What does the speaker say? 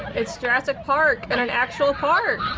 it's jurassic park in an actual park.